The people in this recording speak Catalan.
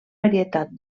varietat